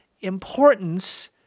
importance